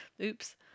Oops